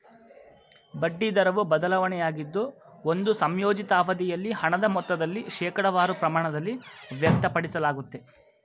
ಬಡ್ಡಿ ದರವು ಬದಲಾವಣೆಯಾಗಿದ್ದು ಒಂದು ಸಂಯೋಜಿತ ಅವಧಿಯಲ್ಲಿ ಹಣದ ಮೊತ್ತದಲ್ಲಿ ಶೇಕಡವಾರು ಪ್ರಮಾಣದಲ್ಲಿ ವ್ಯಕ್ತಪಡಿಸಲಾಗುತ್ತೆ